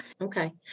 Okay